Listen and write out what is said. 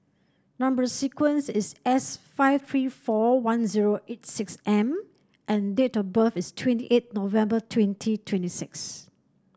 number sequence is S five three four one zero eight six M and date of birth is twenty eight November twenty twenty six